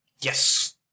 Yes